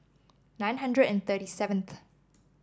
nine hundred and thirty seventh